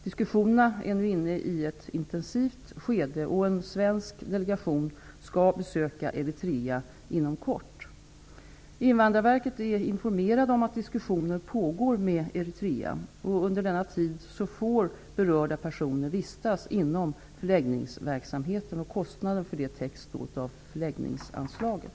Diskussionerna är nu inne i ett intensivt skede, och en svensk delegation skall besöka Eritrea inom kort. Invandrarverket är informerat om att diskussioner pågår med Eritrea. Under denna tid får berörda personer vistas inom förläggningsverksamheten. Kostnaden för detta täcks då av förläggningsanslaget.